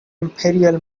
imperial